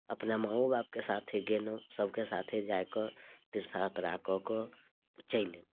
अपना माओ बापके साथे गेलहुँ सभके साथे जाए कऽ तीर्थ यात्रा कऽ कऽ चलि अयलहुँ